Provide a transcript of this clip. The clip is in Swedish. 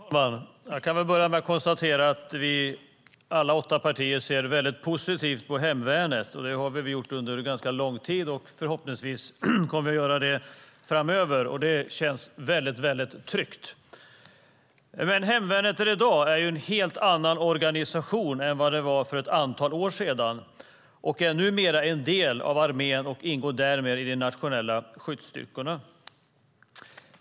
Herr talman! Jag kan börja med att konstatera att alla vi åtta partier i riksdagen ser väldigt positivt på hemvärnet. Det har vi väl gjort under ganska lång tid, och förhoppningsvis kommer vi att göra det framöver. Det känns väldigt tryggt. Hemvärnet i dag är ju en helt annan organisation än det var för ett antal år sedan. Det är numera en del av armén och ingår därmed i de nationella skyddsstyrkorna.